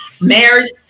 Marriage